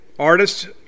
Artists